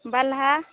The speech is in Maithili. बलहा